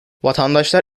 vatandaşlar